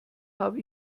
habe